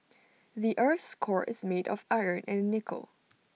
the Earth's core is made of iron and nickel